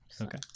Okay